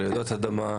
"רעידות אדמה".